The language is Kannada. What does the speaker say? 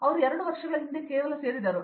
ಅವರು ಎರಡು ವರ್ಷಗಳ ಹಿಂದೆ ಕೇವಲ ಸೇರಿದರು